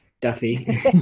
Duffy